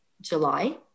july